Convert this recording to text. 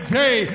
day